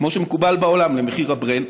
כמו שמקובל בעולם, למחיר הברנט.